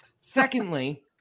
Secondly